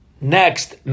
Next